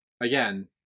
Again